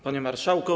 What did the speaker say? Panie Marszałku!